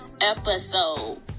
episode